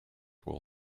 will